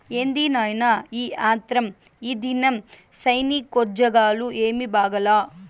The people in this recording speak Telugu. ఏంది నాయినా ఈ ఆత్రం, ఈదినం సైనికోజ్జోగాలు ఏమీ బాగాలా